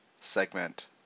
segment